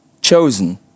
chosen